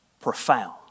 Profound